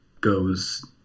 goes